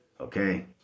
okay